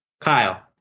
Kyle